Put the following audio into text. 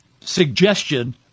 suggestion